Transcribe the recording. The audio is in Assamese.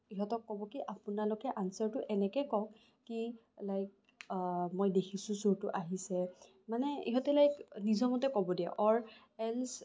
ইহঁতক ক'ব কি আপোনালোকে আনছাৰটো এনেকে কোক কি লাইক মই দেখিছো চোৰটো আহিছে মানে ইহঁতে লাইক নিজৰ মতে ক'ব দিয়ে অৰ এলচ্